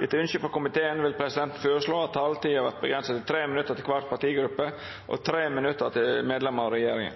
Etter ynske frå helse- og omsorgskomiteen vil presidenten føreslå at taletida vert avgrensa til 3 minutt til kvar partigruppe og 3 minutt til medlemer av regjeringa.